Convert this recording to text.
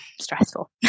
stressful